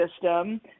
system